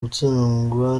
gutsindwa